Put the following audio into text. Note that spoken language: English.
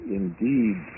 indeed